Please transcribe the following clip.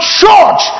church